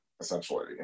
essentially